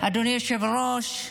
אדוני היושב-ראש,